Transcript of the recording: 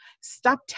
stop